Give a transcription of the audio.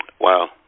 Wow